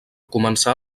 començà